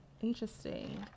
Interesting